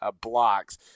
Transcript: blocks